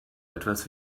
etwas